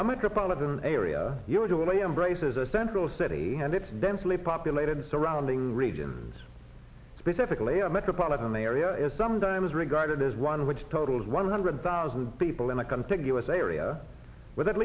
of an area usually embraces a central city and it's densely populated surrounding regions specifically a metropolitan area is sometimes regarded as one which totals one hundred thousand people in a contiguous area with at